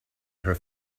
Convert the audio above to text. her